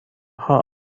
ha